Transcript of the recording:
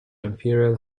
imperial